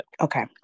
Okay